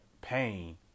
pain